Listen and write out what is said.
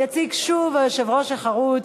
יציג שוב היושב-ראש החרוץ,